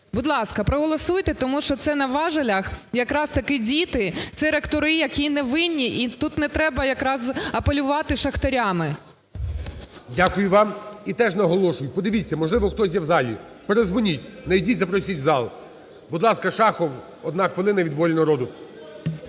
Будь ласка, проголосуйте, тому що це на важелях якраз таки діти, це ректори, які не винні, і тут не треба якраз апелювати шахтарями. ГОЛОВУЮЧИЙ. Дякую вам. І теж наголошую, подивіться, можливо, хтось є в залі, передзвоніть, знайдіть і запросіть в зал. Будь ласка, Шахов, 1 хвилина, від "Волі народу".